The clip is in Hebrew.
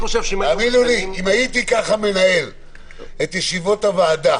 האמינו לי, אם הייתי מנהל את ישיבות הוועדה